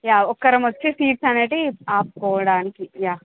yeah ఒకరు వచ్చి seats అనేది ఆపుకోవడానికి యా